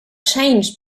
changed